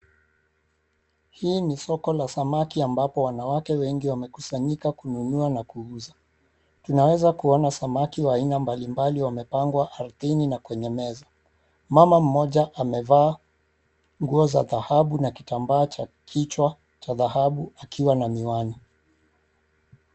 Hii ni soko la samaki ambapo wanawake wengi wamekusanyika wakinunua nakuuza. Tunaweza kuona samaki wa aina mbalimbali wamepangwa ardhini na kwenye meza. Mama mmoja amevaa nguo za dhahabu na kitambaa cha kichwa cha dhahabu akiwa na miwani.